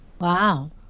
Wow